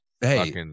hey